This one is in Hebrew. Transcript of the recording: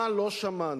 מה לא שמענו?